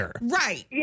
Right